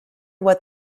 what